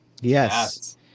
Yes